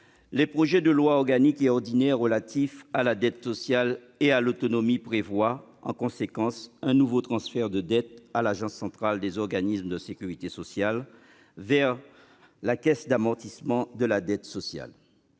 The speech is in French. le projet de loi ordinaire relatifs à la dette sociale et à l'autonomie prévoient un nouveau transfert de dette de l'Agence centrale des organismes de sécurité sociale vers la Caisse d'amortissement de la dette sociale.